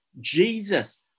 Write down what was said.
Jesus